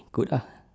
good ah